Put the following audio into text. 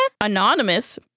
anonymous